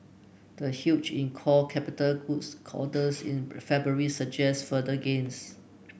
the huge in core capital goods in February suggests further gains